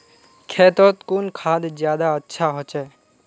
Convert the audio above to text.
खेतोत कुन खाद ज्यादा अच्छा होचे?